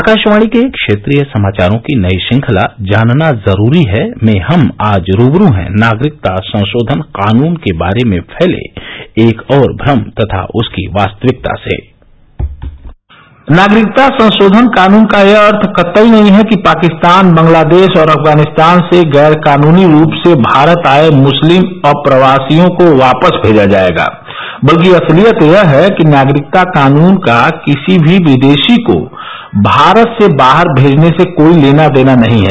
आकाशवाणी के क्षेत्रीय समाचारों की नई श्रृंखला जानना जरूरी है में हम आज रूबरू हैं नागरिकता संशोधन कानून के बारे में फैले एक और भ्रम तथा उसकी वास्तविकता से नागरिकता संशोधन कानन का यह अर्थ कतई नहीं है कि पाकिस्तान बांग्लादेश और अफगानिस्तान से गैरकाननी रूप से भारत आए मुस्लिम अप्रवासियों को वापस भेजा जाएगा बल्कि असलियत यह है कि नागरिकता कानून का किसी भी विदेशी को भारत से बाहर भेजने से कोई लेना देना नहीं है